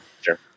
Sure